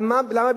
למה?